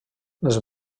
les